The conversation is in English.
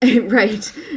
right